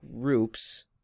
groups